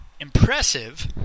impressive